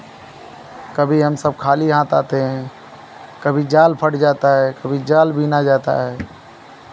कभी हम सब खाली हाथ आते हैं कभी जाल फट जाता है कभी जाल बिना जाता है